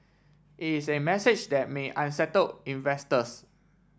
is a message that may unsettle investors